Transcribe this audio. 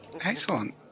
Excellent